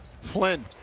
Flynn